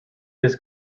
this